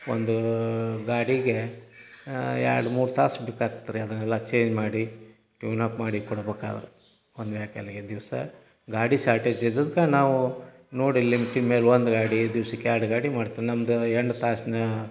ಒಂದು ಗಾಡಿಗೆ ಎರಡು ಮೂರು ತಾಸು ಬೇಕಾಗ್ತತ್ ರೀ ಅದನ್ನೆಲ್ಲ ಚೇನ್ ಮಾಡಿ ಟ್ಯೂನ್ಅಪ್ ಮಾಡಿ ಕೊಡ್ಬೇಕಾದ್ರ್ ಒಂದು ವೆಹ್ಕಲ್ಲಿಗೆ ದಿವಸ ಗಾಡಿ ಶಾರ್ಟೇಜ್ ಇದ್ದದ್ಕೆ ನಾವು ನೋಡಿ ಲಿಮಿಟಿನ ಮೇಲೆ ಒಂದು ಗಾಡಿ ದಿವ್ಸಕ್ಕೆ ಎರಡು ಗಾಡಿ ಮಾಡ್ತಿದ್ವಿ ನಮ್ಮದು ಎಂಟು ತಾಸಿನ